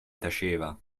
taceva